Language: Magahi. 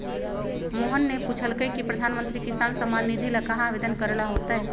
मोहन ने पूछल कई की प्रधानमंत्री किसान सम्मान निधि ला कहाँ आवेदन करे ला होतय?